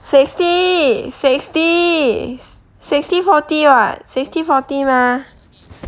sixty sixty sixty forty [what] sixty forty 吗